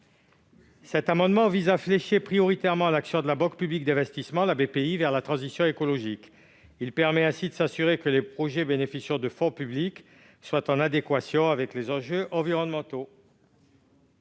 Cet amendement vise à flécher prioritairement à l'action de la banque publique d'investissement, la BPI vers la transition écologique, il permet ainsi de s'assurer que les projets bénéficiant de fonds publics soient en adéquation avec les enjeux environnementaux.